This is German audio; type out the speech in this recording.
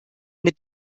mit